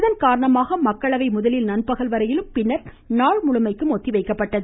இதன் காரணமாக மக்களவை முதலில் நண்பகல் வரையிலும் பின்னர் நாள் முழுமைக்கும் ஒத்திவைக்கப்பட்டது